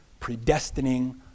predestining